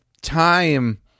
time